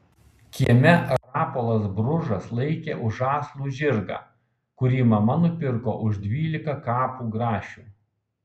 kieme rapolas bružas laikė už žąslų žirgą kurį mama nupirko už dvylika kapų grašių